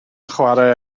chwarae